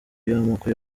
y’amoko